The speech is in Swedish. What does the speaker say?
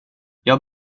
jag